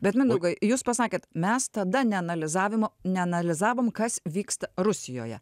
bet mindaugai jūs pasakėt mes tada neanalizavimo neanalizavom kas vyksta rusijoje